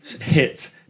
hit